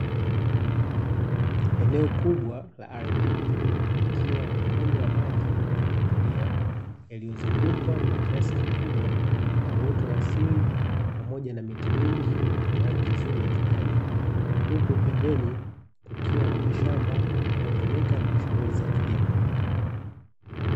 Eneo kubwa la ardhi likiwa na mkondo wa maji yaliyotulia yaliyozungukwa kwa kiasi kikubwa na uoto wa asili, pamoja na miti mingi yenye rangi nzuri ya kijani. Huku pembeni kukiwa na mashamba yanayotumika kwa shughuli za kilimo.